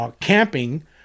camping